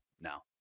now